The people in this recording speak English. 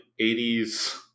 80s